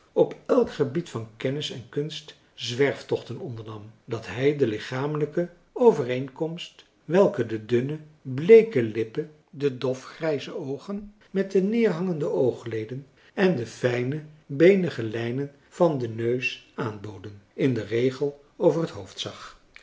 op elk gebied van kennis en kunst zwerftochten ondernam dat hij de lichamelijke overeenkomst welke de dunne bleeke lippen de dof grijze oogen met de neerhangende oogleden en de fijne beenige lijnen van den neus aanboden in den regel over het hoofd zag